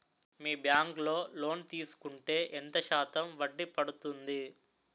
మీ bank లో loan తీసుకుంటే ఎంత శాతం వడ్డీ పడ్తుంది?